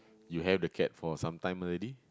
you had the cat for some time already